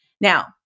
Now